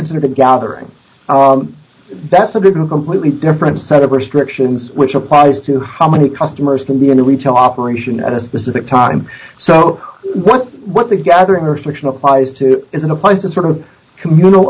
considered a gathering that's a good to completely different set of restrictions which applies to how many customers can be in a retail operation at a specific time so what what the gathering or section applies to isn't a place to sort of communal